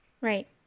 Right